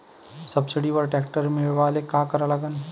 सबसिडीवर ट्रॅक्टर मिळवायले का करा लागन?